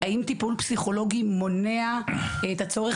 האם טיפול פסיכולוגי מונע את הצורך